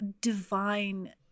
divine